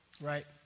right